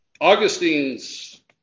Augustine's